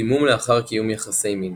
דימום לאחר קיום יחסי מין